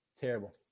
terrible